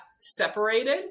separated